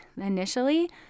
initially